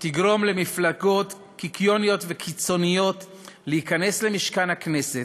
שתגרום למפלגות קיקיוניות וקיצוניות להיכנס למשכן הכנסת